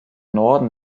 norden